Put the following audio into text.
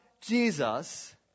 Jesus